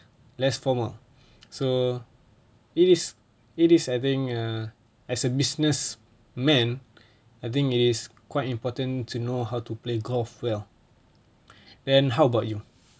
less formal so it is it is I think uh as a business man I think is quite important to know how to play golf well then how about you